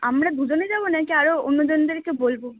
আমরা দুজনে যাবো না কি আরো অন্যদেরকে বলবো